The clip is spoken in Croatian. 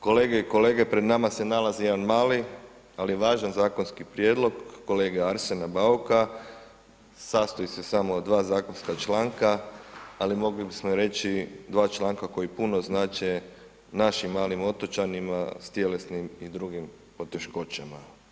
Kolege i kolege, pred nama se nalazi jedan mali, ali važan zakonski prijedlog kolege Arsena Bauka, sastoji se samo od dva zakonska članka, ali mogli bismo reći dva članka koji puno znače našim malim otočanima s tjelesnim i drugim poteškoćama.